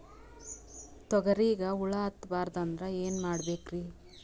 ತೊಗರಿಗ ಹುಳ ಹತ್ತಬಾರದು ಅಂದ್ರ ಏನ್ ಮಾಡಬೇಕ್ರಿ?